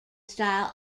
style